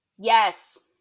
Yes